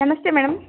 ನಮಸ್ತೆ ಮೇಡಮ್